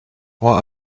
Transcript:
what